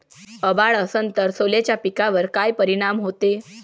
अभाळ असन तं सोल्याच्या पिकावर काय परिनाम व्हते?